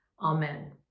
amen